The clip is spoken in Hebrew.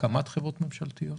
הקמת חברות ממשלתיות.